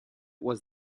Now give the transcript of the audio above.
was